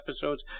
episodes